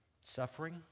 Suffering